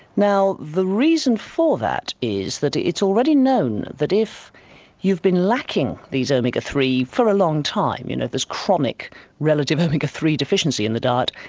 now the reason for that is that it's already known that if you've been lacking these omega three for a long time, you know this chronic relative omega three deficiency in the diet,